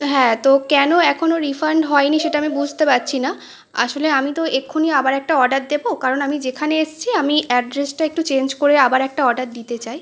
হ্যাঁ তো কেন এখনো রিফান্ড হয়নি সেটা আমি বুঝতে পারছি না আসলে আমি তো এক্ষুনি আবার একটা অর্ডার দেব কারণ আমি যেখানে এসেছি আমি অ্যাড্রেসটা একটু চেঞ্জ করে আবার একটা অর্ডার দিতে চাই